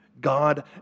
God